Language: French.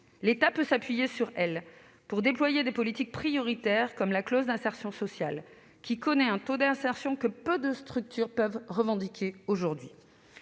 L'État peut s'appuyer sur elles pour déployer des politiques prioritaires, comme la clause d'insertion sociale, qui présente un taux d'insertion que peu de structures peuvent aujourd'hui